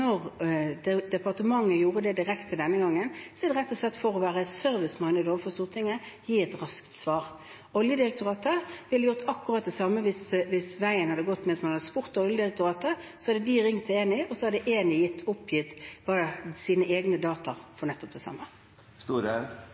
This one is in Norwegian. være serviceminded overfor Stortinget og gi et raskt svar. Oljedirektoratet ville gjort akkurat det samme hvis veien hadde gått via dem. Hvis man hadde spurt Oljedirektoratet, hadde de ringt til Eni, og så hadde Eni oppgitt sine egne data for nettopp det